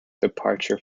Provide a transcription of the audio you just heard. departure